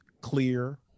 clear